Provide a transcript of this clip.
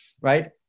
right